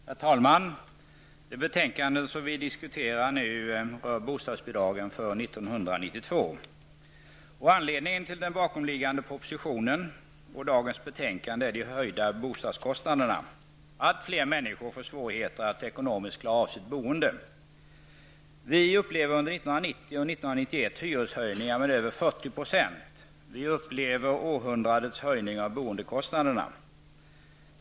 Herr talman! Det betänkande vi diskuterar nu rör bostadsbidragen för 1992. Anledningen till den bakomliggande propositionen och dagens betänkande är de höjda bostadskostnaderna. Allt fler människor får svårigheter att ekonomiskt klara av sitt boende. Vi upplever under 1990 och 1991 hyreshöjningar på över 40 %. Vi upplever århundradets höjning av boendekostnaderna.